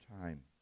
time